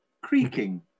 creaking